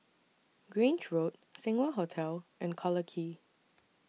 Grange Road Seng Wah Hotel and Collyer Quay